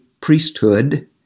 priesthood